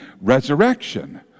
resurrection